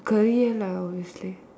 korean lah obviously